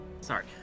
sorry